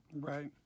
Right